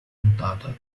puntata